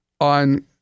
on